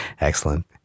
Excellent